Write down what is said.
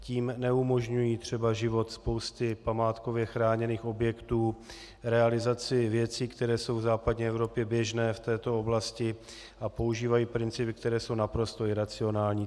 Tím neumožňují třeba život spousty památkově chráněných objektů, realizaci věcí, které jsou v západní Evropě běžné v této oblasti, a používají principy, které jsou naprosto iracionální.